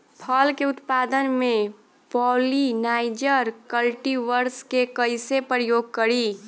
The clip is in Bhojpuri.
फल के उत्पादन मे पॉलिनाइजर कल्टीवर्स के कइसे प्रयोग करी?